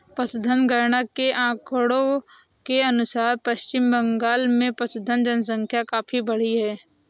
पशुधन गणना के आंकड़ों के अनुसार पश्चिम बंगाल में पशुधन जनसंख्या काफी बढ़ी है